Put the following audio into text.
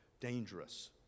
dangerous